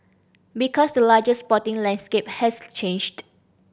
because the larger sporting landscape has changed